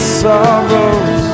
sorrows